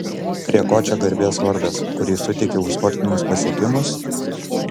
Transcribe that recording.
prie ko čia garbės vardas kurį suteikė už sportinius pasiekimus